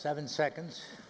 seven seconds